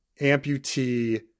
amputee